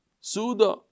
suda